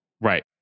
Right